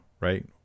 right